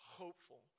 hopeful